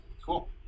Cool